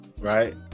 right